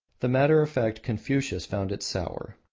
the matter-of-fact confucius found it sour,